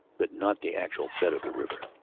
but not the actual bed of the river.